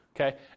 Okay